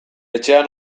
etxean